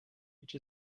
which